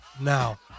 now